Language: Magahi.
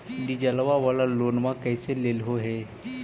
डीजलवा वाला लोनवा कैसे लेलहो हे?